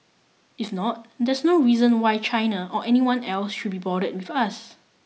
if not there's no reason why China or anyone else should be bothered with us